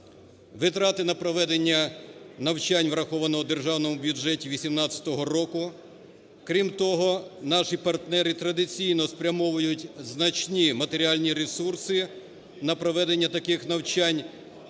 Витрати на проведення навчань враховано у Державному бюджеті 18-го року. Крім того, наші партнери традиційно спрямовують значні матеріальні ресурси на проведення таких навчань,